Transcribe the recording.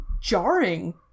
jarring